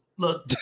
Look